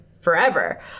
forever